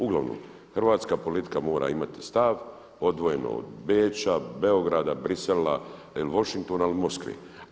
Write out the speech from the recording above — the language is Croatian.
Uglavnom, hrvatska politika mora imati stav odvojen od Beča, Beograda, Bruxella ili Washingtona ili Moskve.